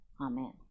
Amen